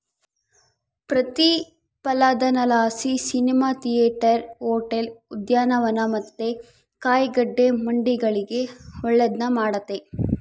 ಪ್ರತಿಫಲನದಲಾಸಿ cinema theatre, hotel, ಉದ್ಯಾನವನ ಮತ್ತೆ ಕಾಯಿಗಡ್ಡೆ ಮಂಡಿಗಳಿಗೆ ಒಳ್ಳೆದ್ನ ಮಾಡೆತೆ